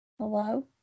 hello